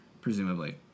presumably